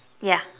ya